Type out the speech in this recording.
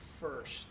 first